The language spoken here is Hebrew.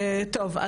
טוב,